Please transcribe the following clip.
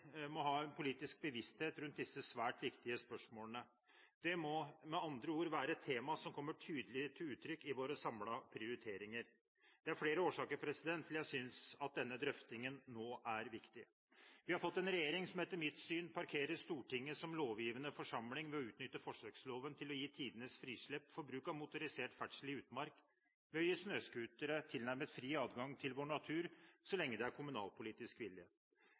må ha en politisk bevissthet rundt disse svært viktige spørsmålene. Det må med andre ord være et tema som kommer tydelig til uttrykk i våre samlede prioriteringer. Det er flere årsaker til at jeg synes denne drøftingen er viktig nå. Vi har fått en regjering som etter mitt syn parkerer Stortinget som lovgivende forsamling: Man utnytter forsøksloven ved å gi tidenes frislipp for motorisert ferdsel i utmark, ved å gi snøscootere tilnærmet fri adgang til vår natur så lenge dette er kommunalpolitisk vilje.